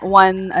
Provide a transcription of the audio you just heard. one